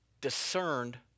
discerned